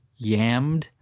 yammed